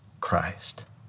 Christ